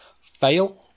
fail